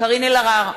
קארין אלהרר,